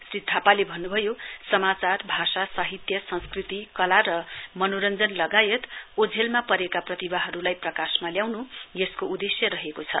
श्री थापाले भन्नुभयो समाचार भाषा साहित्य संस्कृतिक कला र मनोरञ्जन लगायत ओझेलमा परेका प्रतिभाहरुलाई प्रकाशमा ल्याउनु यसको उदेश्य रहेको छ